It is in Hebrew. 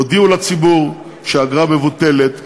הודיעו לציבור שהאגרה מבוטלת,